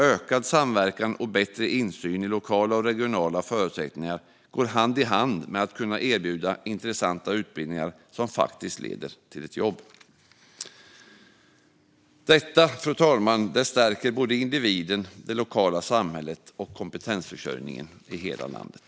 Ökad samverkan och bättre insyn i lokala och regionala förutsättningar går hand i hand med att erbjuda intressanta utbildningar som faktiskt leder till jobb. Detta stärker individen, det lokala samhället och kompetensförsörjningen i hela landet.